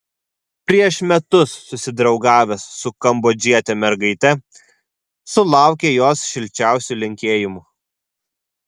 prieš metus susidraugavęs su kambodžiete mergaite sulaukė jos šilčiausių linkėjimų